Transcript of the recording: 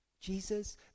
Jesus